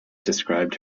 described